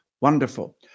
wonderful